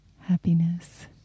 Happiness